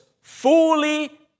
fully